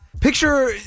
Picture